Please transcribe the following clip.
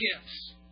gifts